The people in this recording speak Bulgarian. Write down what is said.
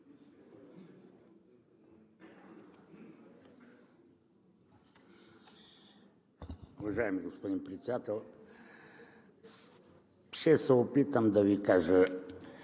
Уважаеми господин Председател! Ще се опитам да Ви кажа